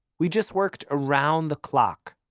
we just worked around the clock.